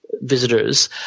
Visitors